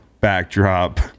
backdrop